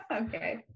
Okay